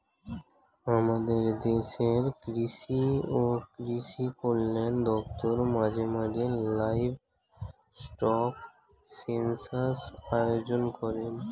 আমাদের দেশের কৃষি ও কৃষি কল্যাণ দপ্তর মাঝে মাঝে লাইভস্টক সেন্সাস আয়োজন করেন